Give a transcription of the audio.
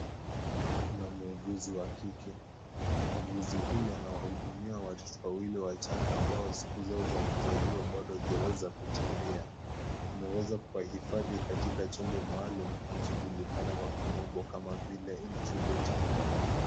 Kuna mhuguzi wa kike. Mhuguzi huyu anawahudumia watoto wawili wachanga ambao siku zao za kuzaliwa bado hazijaweza kutimia. Ameweza kuwahifadhi katika chombo maalum kinachojulikana kwa kimombo kama vile " Incubator ".